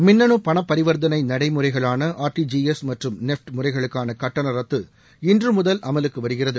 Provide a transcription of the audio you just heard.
மின்னனு பணப்பரிவர்த்தனை நடைமுறைகளான ஆர்டிஜிஎஸ் மற்றும் நெஃப்ட் முறைகளுக்கான கட்டண ரத்து இன்று முதல் அமலுக்கு வருகிறது